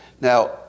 Now